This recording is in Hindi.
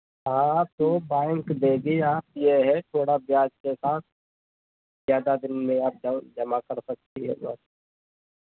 हाँ तो बैंक देगी आप यह है थोड़ा ब्याज के साथ ज़्यादा दिन में आप लॉन जमा कर सकती हैं